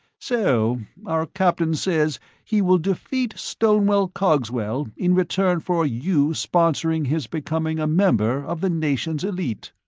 so our captain says he will defeat stonewall cogswell in return for you sponsoring his becoming a member of the nation's elite.